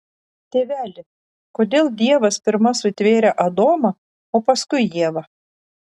tėveli kodėl dievas pirma sutvėrė adomą o paskui ievą